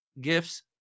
gifts